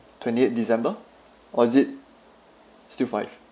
twenty eighth december or is it still five